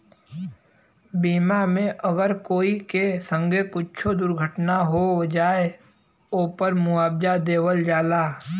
बीमा मे अगर कोई के संगे कुच्छो दुर्घटना हो जाए, ओपर मुआवजा देवल जाला